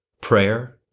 prayer